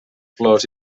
flors